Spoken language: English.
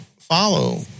follow